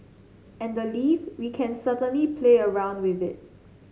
and the leave we can certainly play around with it